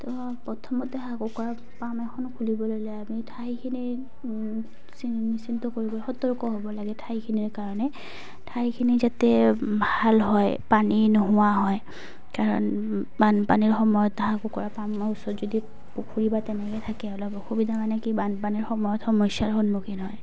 তো প্ৰথমতে হাঁহ কুকুৰা পাম এখন খুলিবলৈ হ'লে আমি ঠাইখিনি নিশ্চিন্ত কৰিবলৈ সতৰ্ক হ'ব লাগে ঠাইখিনিৰ কাৰণে ঠাইখিনি যাতে ভাল হয় পানী নোহোৱা হয় কাৰণ বানপানীৰ সময়ত হাঁহ কুকুৰা পামৰ ওচৰত যদি পুখুৰী বা তেনেকে থাকে অলপ অসুবিধা মানে কি বানপানীৰ সময়ত সমস্যাৰ সন্মুখীন হয়